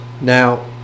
Now